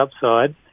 upside